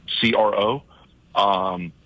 C-R-O